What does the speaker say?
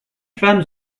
femmes